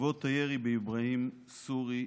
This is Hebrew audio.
בעקבות הירי באברהים סורי,